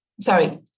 sorry